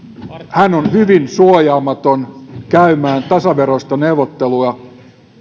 on hyvin suojaamaton käymään tasaveroista neuvottelua